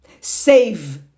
save